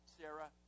Sarah